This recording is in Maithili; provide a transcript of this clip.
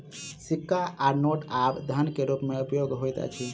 सिक्का आ नोट आब धन के रूप में उपयोग होइत अछि